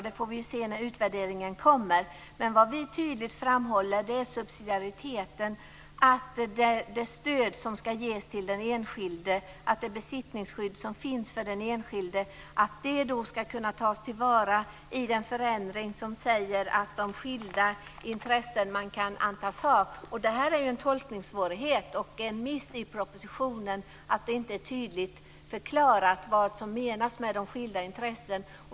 Det får vi ju se när utvärderingen kommer. Vad vi tydligt framhåller är subsidiariteten, att det stöd som ska ges till den enskilde, det besittningsskydd som finns för den enskilde, ska kunna tas till vara i förändringen beträffande de skilda intressen man kan antas ha. Det är en tolkningssvårighet, och det är en miss i propositionen att det inte är tydligt förklarat vad som menas med skilda intressen.